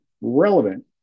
relevant